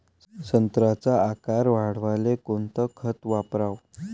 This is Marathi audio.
संत्र्याचा आकार वाढवाले कोणतं खत वापराव?